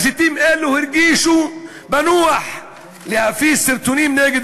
מסיתים אלה הרגישו בנוח להפיץ סרטונים נגד